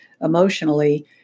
emotionally